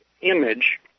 image